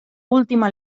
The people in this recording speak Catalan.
última